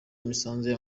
imisanzu